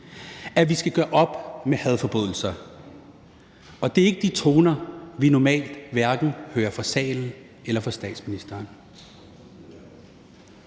at vi skal gøre op med hadforbrydelser. Og det er ikke de toner, vi normalt hører fra hverken salen eller statsministeren.